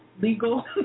legal